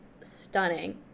stunning